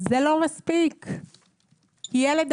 כי צריך